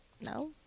no